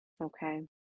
Okay